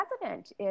president